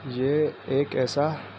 یہ ایک ایسا